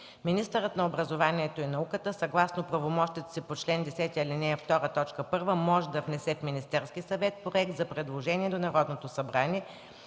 Министърът на образованието и науката, съгласно правомощието си по чл. 10, ал. 2, т. 1 може да внесе в Министерския съвет проект за предложение до Народното събрание